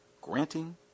granting